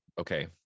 okay